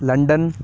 London